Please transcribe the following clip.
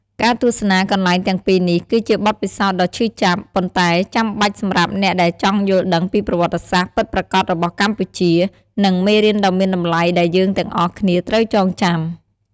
ការទស្សនាកន្លែងទាំងពីរនេះ គឺជាបទពិសោធន៍ដ៏ឈឺចាប់ ប៉ុន្តែចាំបាច់សម្រាប់អ្នកដែលចង់យល់ដឹងពីប្រវត្តិសាស្ត្រពិតប្រាកដរបស់កម្ពុជា និងមេរៀនដ៏មានតម្លៃដែលយើងទាំងអស់គ្នាត្រូវចងចាំ។